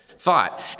thought